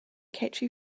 catchy